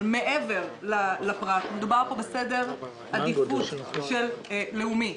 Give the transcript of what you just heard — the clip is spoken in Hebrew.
מדובר פה בסדר עדיפות לאומי.